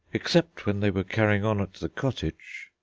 except when they were carrying on at the cottage.